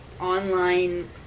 online